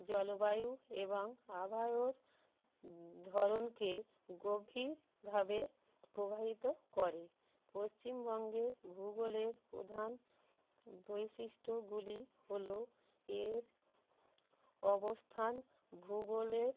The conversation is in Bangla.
জলবায়ু এবং আবহাওয়ার ধরনকে গভীরভাবে প্রভাবিত করে পশ্চিমবঙ্গের ভূগোলের প্রধান বৈশিষ্ট্যগুলি হলো এর অবস্থান ভূগোলের